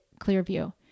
Clearview